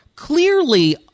Clearly